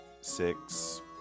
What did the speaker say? six